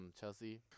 chelsea